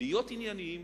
להיות ענייניים,